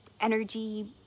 energy